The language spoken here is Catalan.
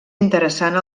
interessant